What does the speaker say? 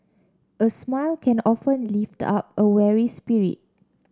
a smile can often lift up a weary spirit